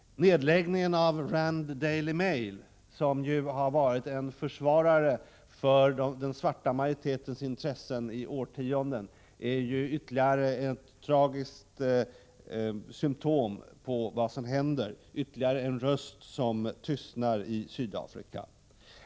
Nedläggningen av Rand Daily Mail, som ju har varit en försvarare av den svarta majoritetens intressen i årtionden, är ytterligare ett tråkigt symtom på vad som händer, ytterligare en röst som tystnat i Sydafrika.